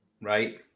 Right